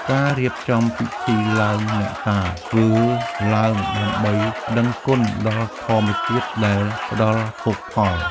ការរៀបចំពិធីឡើងអ្នកតា ធ្វើឡើងដើម្បីដឹងគុណដល់ធម្មជាតិដែលផ្តល់ភោគផល។